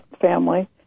family